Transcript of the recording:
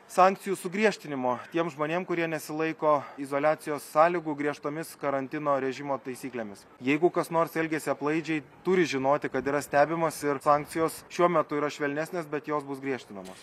sankcijų sugriežtinimo tiem žmonėm kurie nesilaiko izoliacijos sąlygų griežtomis karantino režimo taisyklėmis jeigu kas nors elgiasi aplaidžiai turi žinoti kad yra stebimas ir sankcijos šiuo metu yra švelnesnės bet jos bus griežtinamos